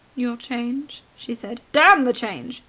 your change? she said. damn the change!